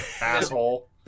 asshole